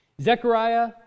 Zechariah